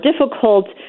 difficult